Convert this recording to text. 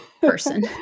person